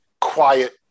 quiet